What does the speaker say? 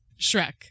Shrek